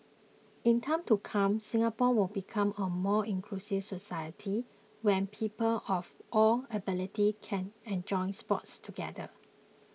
in time to come Singapore will become a more inclusive society where people of all abilities can enjoy sports together